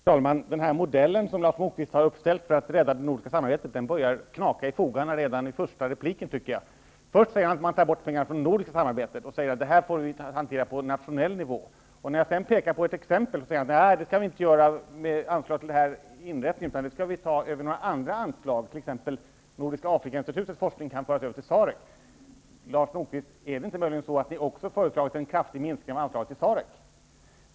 Herr talman! Den modell som Lars Moquist har ställt upp för att rädda det nordiska samarbetet börjar knaka i fogarna redan i den första repliken. Först säger han att man skall ta bort pengar från det nordiska samarbetet och att det skall hanteras på nationell nivå. När jag sedan pekar på ett exempel, säger han att vi inte skall ge anslag till den här inrättningen utan det skall vi ta över några andra anslag. Forskningen vid Nordiska Afrikainstitutet kan t.ex. föras över till SAREC. Lars Moquist, är det möjligen inte så att ni även har föreslagit en kraftig minskning av anslaget till Herr talman!